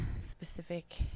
specific